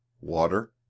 water